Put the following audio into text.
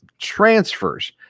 transfers